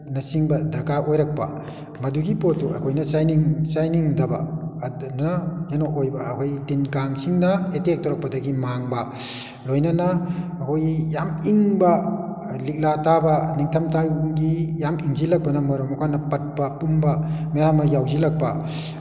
ꯅꯆꯤꯡꯕ ꯗꯔꯀꯥꯔ ꯑꯣꯏꯔꯛꯄ ꯃꯗꯨꯒꯤ ꯄꯣꯠꯇꯨ ꯑꯩꯈꯣꯏꯅ ꯆꯥꯏꯅꯤꯡ ꯆꯥꯏꯅꯤꯡꯗꯕ ꯑꯗꯨꯅ ꯀꯩꯅꯣ ꯑꯣꯏꯕ ꯑꯩꯈꯣꯏꯒꯤ ꯇꯤꯟ ꯀꯥꯡꯁꯤꯡꯅ ꯑꯦꯇꯦꯛ ꯇꯧꯔꯛꯄꯗꯒꯤ ꯃꯥꯡꯕ ꯂꯣꯏꯅꯅ ꯑꯩꯈꯣꯏ ꯌꯥꯝ ꯏꯪꯕ ꯂꯤꯛꯂꯥ ꯇꯥꯕ ꯅꯤꯡꯊꯝꯊꯥ ꯎꯟꯒꯤ ꯌꯥꯝ ꯏꯪꯁꯤꯜꯂꯛꯄꯅ ꯃꯔꯝ ꯑꯣꯏꯀꯥꯟꯗ ꯄꯠꯄ ꯄꯨꯝꯕ ꯃꯌꯥꯝ ꯑꯃ ꯌꯥꯎꯁꯤꯜꯂꯛꯄ